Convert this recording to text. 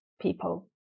people